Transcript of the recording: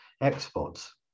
exports